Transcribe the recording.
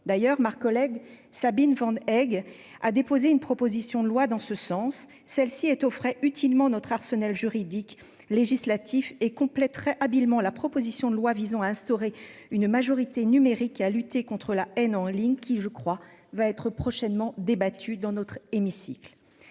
d'ailleurs Marc collègue Sabine vendent Egg a déposé une proposition de loi dans ce sens. Celle-ci est au frais utilement notre arsenal juridique, législatif et complèterait habilement la proposition de loi visant à instaurer une majorité numérique qui a lutté contre la haine en ligne, qui je crois va être prochainement débattu dans notre hémicycle.